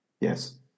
Yes